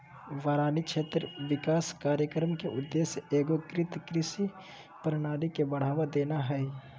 बारानी क्षेत्र विकास कार्यक्रम के उद्देश्य एगोकृत कृषि प्रणाली के बढ़ावा देना हइ